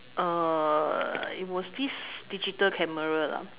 err it was this digital camera ah